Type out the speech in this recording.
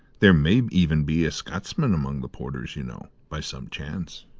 there may even be a scotchman among the porters, you know, by some chance.